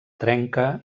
trenca